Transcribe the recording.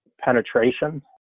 penetration